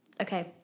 Okay